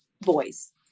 boys